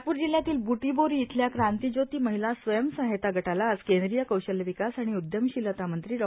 नागपूर जिल्ह्यातील ब्रुटीबोरी इथल्या क्रांतिज्योति महिला स्वयंसहायता गटाला आज केंद्रीय कौशल्य विकास आणि उद्यमशीलता मंत्री डॉ